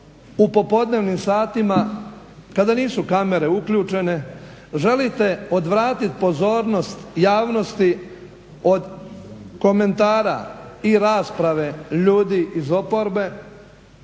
u popodnevnim satima kada nisu kamere uključene, želite odvratiti pozornost javnosti od komentara i rasprave ljudi iz oporbe,